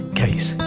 case